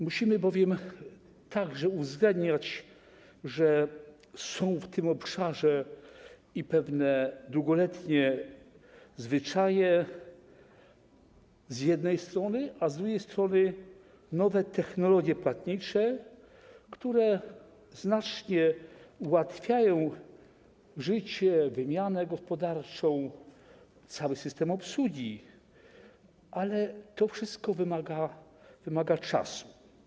Musimy bowiem uwzględniać także to, że są w tym obszarze pewne długoletnie zwyczaje z jednej strony, a z drugiej strony nowe technologie płatnicze, które znacznie ułatwiają życie, wymianę gospodarczą i cały system obsługi, natomiast to wszystko wymaga czasu.